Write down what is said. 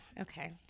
okay